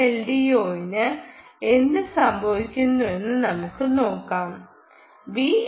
VLDO ന് എന്ത് സംഭവിക്കുമെന്ന് നമുക്ക് നോക്കാം വിഎൽഡിഒ 2